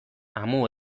amu